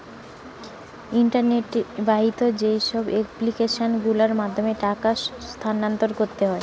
internet বাহিত যেইসব application গুলোর মাধ্যমে টাকা স্থানান্তর করতে হয়